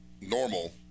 normal